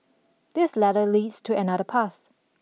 this ladder leads to another path